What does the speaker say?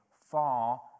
far